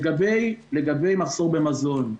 לגבי מחסור במזון.